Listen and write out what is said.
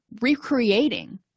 recreating